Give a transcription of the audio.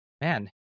man